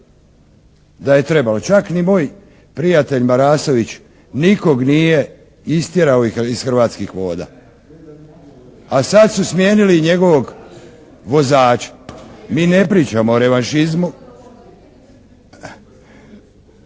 da je trebalo. Čak ni moj prijatelj Marasović nikog nije istjerao iz Hrvatskih voda, a sad su smijenili njegovog vozača. Mi ne pričamo o revanšizmu.